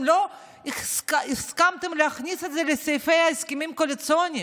לא שאתם הסכמתם להכניס את זה לסעיפי ההסכמים הקואליציוניים,